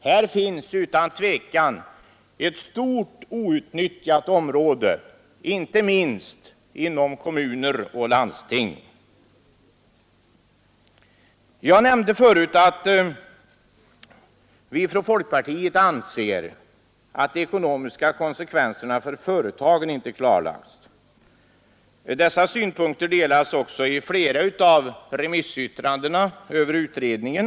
Här finns utan tvivel ett stort outnyttjat område, inte minst inom kommuner och landsting. Jag nämnde tidigare att vi i folkpartiet anser att de ekonomiska konsekvenserna för företagen inte klarlagts. Dessa synpunkter delas också i flera av remissyttrandena över utredningen.